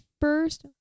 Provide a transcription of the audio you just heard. first